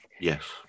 Yes